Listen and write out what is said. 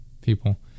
people